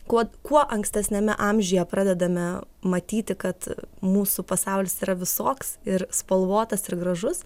kuo kuo ankstesniame amžiuje pradedame matyti kad mūsų pasaulis yra visoks ir spalvotas ir gražus